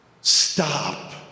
Stop